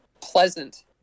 pleasant